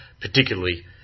particularly